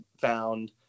found